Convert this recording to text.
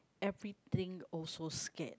everything also scared